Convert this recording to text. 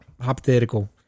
hypothetical